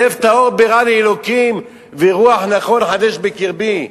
לב טהור ברא לי אלוקים ורוח נכון חדש בקרבי,